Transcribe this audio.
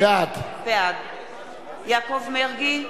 בעד יעקב מרגי,